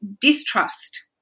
distrust